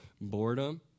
boredom